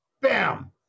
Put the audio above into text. Bam